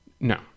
No